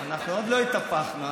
אנחנו עוד לא התהפכנו.